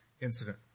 incident